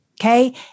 Okay